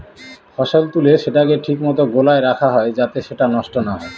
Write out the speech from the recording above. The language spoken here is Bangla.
ফসল তুলে সেটাকে ঠিক মতো গোলায় রাখা হয় যাতে সেটা নষ্ট না হয়